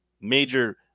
major